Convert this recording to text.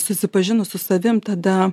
susipažinus su savim tada